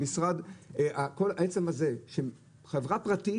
עצם זה שחברה פרטית,